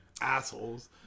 assholes